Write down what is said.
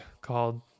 called